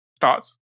Thoughts